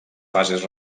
fases